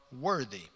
worthy